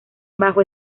bajo